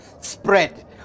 spread